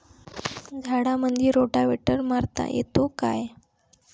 झाडामंदी रोटावेटर मारता येतो काय?